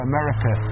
America